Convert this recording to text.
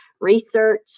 research